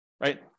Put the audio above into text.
right